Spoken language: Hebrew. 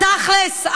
תכל'ס,